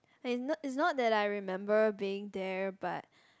and it's not that like remember being there but